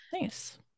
Nice